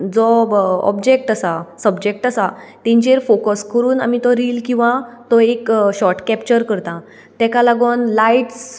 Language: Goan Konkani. जो ऑब्जेक्ट आसा सब्जेक्ट आसा तेंचेर फॉकस करून आमी तो रील किंवां तो एक शॉर्ट कॅपचर करता तेका लागून लायट्स